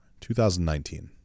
2019